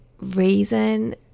reason